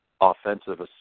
offensive